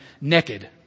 naked